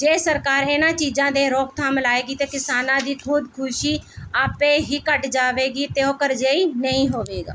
ਜੇ ਸਰਕਾਰ ਇਹਨਾਂ ਚੀਜ਼ਾਂ 'ਤੇ ਰੋਕਥਾਮ ਲਾਏਗੀ ਅਤੇ ਕਿਸਾਨਾਂ ਦੀ ਖੁਦਕੁਸ਼ੀ ਆਪੇ ਹੀ ਘਟ ਜਾਵੇਗੀ ਅਤੇ ਉਹ ਕਰਜਈ ਨਹੀਂ ਹੋਵੇਗਾ